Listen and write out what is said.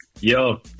yo